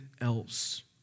else